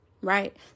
right